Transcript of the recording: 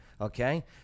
okay